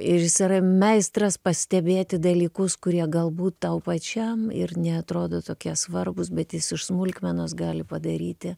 ir jis yra meistras pastebėti dalykus kurie galbūt tau pačiam ir neatrodo tokie svarbūs bet jis iš smulkmenos gali padaryti